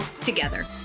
together